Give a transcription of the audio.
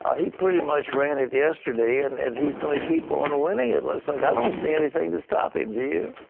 ah he pretty much ran it yesterday, and and he is going to keep on winning, it looks like. i don't see anything to stop him, do you?